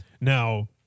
Now